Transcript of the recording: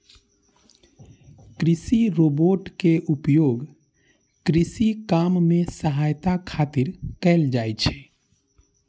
कृषि रोबोट के उपयोग कृषि काम मे सहायता खातिर कैल जाइ छै